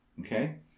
Okay